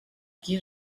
qui